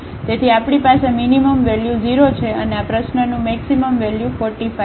તેથી આપણી પાસે મીનીમમ વેલ્યુ 0 છે અને આ પ્રશ્ન નું મેક્સિમમ વેલ્યુ 45 છે